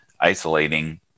isolating